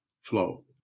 flow